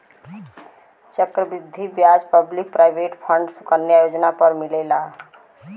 चक्र वृद्धि ब्याज पब्लिक प्रोविडेंट फण्ड सुकन्या योजना पर मिलेला